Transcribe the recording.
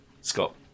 Scott